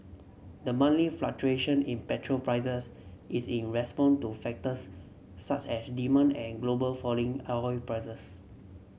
the monthly fluctuation in petrol prices is in response to factors such as demand and global falling prices